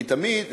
כי תמיד,